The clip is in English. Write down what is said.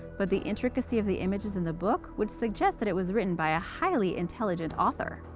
but the intricacy of the images in the book would suggest that it was written by a highly intelligent author.